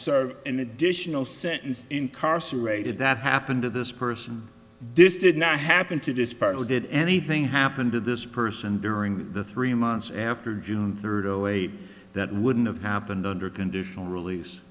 serve an additional sentence incarcerated that happened to this person this did not happen to this partner did anything happen to this person during the three months after june third or late that wouldn't have happened under conditional release